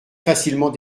facilement